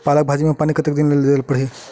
पालक भाजी म पानी कतेक दिन म देला पढ़ही?